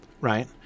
right